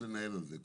יש